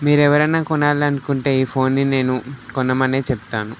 మీరు ఎవరైనా కొనాలనుకుంటే ఈ ఫోన్ని నేను కొనమనే చెప్తాను